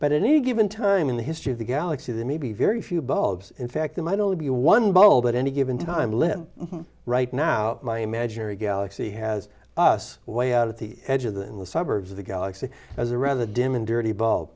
but in any given time in the history of the galaxy there may be very few bulbs in fact there might only be one bold at any given time limit right now my imaginary galaxy has us way out of the edge of the in the suburbs of the galaxy as a rather dim and dirty ball